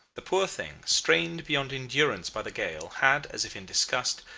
the poor thing, strained beyond endurance by the gale, had, as if in disgust,